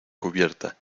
cubierta